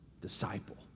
disciple